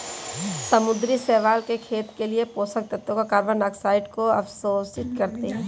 समुद्री शैवाल के खेत के लिए पोषक तत्वों कार्बन डाइऑक्साइड को अवशोषित करते है